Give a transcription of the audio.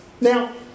Now